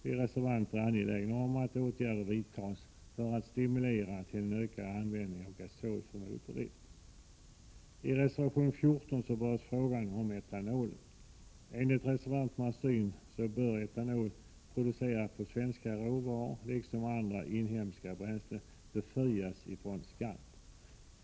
Vi reservanter är angelägna om att åtgärder vidtas för att stimulera till ökad användning av gasol för motordrift. I reservation 14 berörs frågan om etanolen. Enligt reservanternas syn bör etanol producerad på svenska råvaror liksom andra inhemska bränslen befrias från skatt.